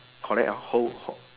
correct hor whole hor